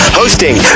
hosting